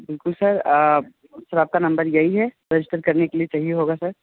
बिलकुल sir sir आपका number यही है रजिस्टर करने के लिए चाहिए होगा सर